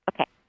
Okay